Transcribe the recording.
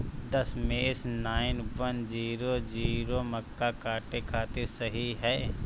दशमेश nine one zero zero मक्का काटे खातिर सही ह?